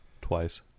Twice